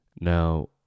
Now